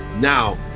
now